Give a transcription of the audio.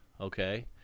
Okay